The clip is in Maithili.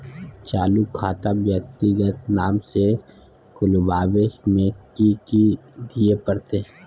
चालू खाता व्यक्तिगत नाम से खुलवाबै में कि की दिये परतै?